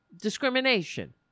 discrimination